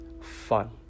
fun